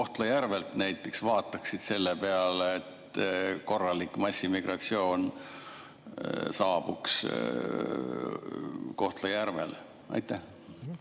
Kohtla-Järvel näiteks vaataksid selle peale, kui korralik massiimmigratsioon saabuks Kohtla-Järvele? Aitäh!